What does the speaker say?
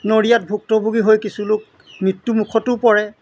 নৰিয়াত ভুক্তভোগী হৈ কিছুলোক মৃত্যুমুখতো পৰে